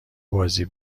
بازی